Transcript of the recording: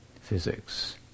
physics